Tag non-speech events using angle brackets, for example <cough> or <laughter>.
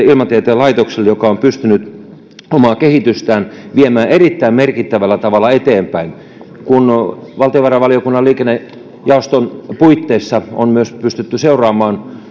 <unintelligible> ilmatieteen laitokselle joka on pystynyt omaa kehitystään viemään erittäin merkittävällä tavalla eteenpäin kun valtiovarainvaliokunnan liikennejaoston puitteissa on myös pystytty seuraamaan